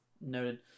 noted